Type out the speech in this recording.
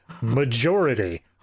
Majority